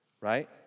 right